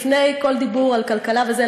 לפני כל דיבור על כלכלה וזה,